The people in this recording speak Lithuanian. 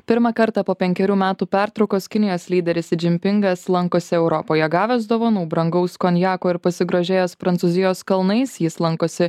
pirmą kartą po penkerių metų pertraukos kinijos lyderis si džimpingas lankosi europoje gavęs dovanų brangaus konjako ir pasigrožėjęs prancūzijos kalnais jis lankosi